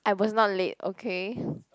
I was not late okay